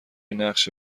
نقشه